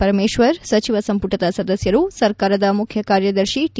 ಪರಮೇಶ್ವರ್ ಸಚಿವ ಸಂಪುಟದ ಸದಸ್ಯರು ಸರ್ಕಾರದ ಮುಖ್ಯಕಾರ್ಯದರ್ಶಿ ಟಿ